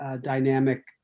dynamic